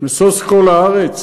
משוש כל הארץ"?